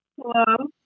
Hello